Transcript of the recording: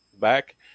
back